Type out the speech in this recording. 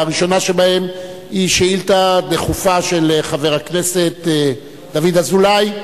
הראשונה שבהן היא שאילתא דחופה של חבר הכנסת דוד אזולאי,